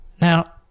Now